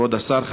כבוד השר,